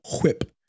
whip